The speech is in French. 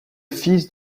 fils